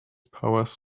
powers